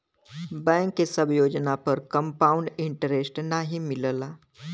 bank के सब योजना पर कंपाउड इन्टरेस्ट नाहीं मिलला